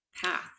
path